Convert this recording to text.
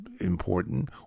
important